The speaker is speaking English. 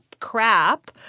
crap